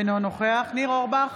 אינו נוכח ניר אורבך,